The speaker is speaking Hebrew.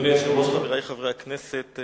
אדוני היושב-ראש, חברי חברי הכנסת,